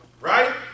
Right